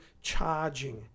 charging